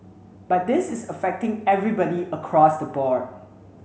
but this is affecting everybody across the board